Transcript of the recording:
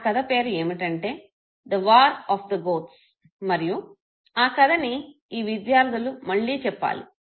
ఆ కధ పేరు ఏమిటంటే the war of the ghosts మరియు ఆ కధని ఈ విద్యార్థులు మళ్ళీ చెప్పాలి